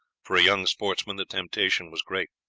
for a young sportsman the temptation was great.